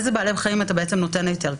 כלומר, לאיזה בעלי חיים אתה נותן היתר?